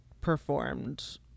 performed